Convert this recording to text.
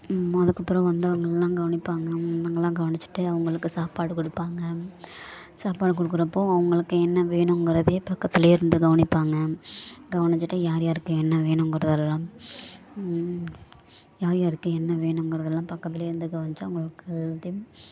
அதற்கப்புறம் வந்து அவங்களெல்லாம் கவனிப்பாங்க அவங்களலாம் கவனிச்சிட்டு அவங்களுக்கு சாப்பாடு கொடுப்பாங்க சாப்பாடு கொடுக்குறப்போ அவங்களுக்கு என்ன வேணுங்கிறதை பக்கத்துலேயே இருந்து கவனிப்பாங்க கவனிச்சிகிட்டு யார் யாருக்கு என்ன வேணுங்கிறதெல்லாம் யார் யாருக்கு என்ன வேணுங்கிறதெல்லாம் பக்கத்துலேயே இருந்து கவனிச்சு அவங்களுக்கு எல்லாத்தையும்